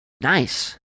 Nice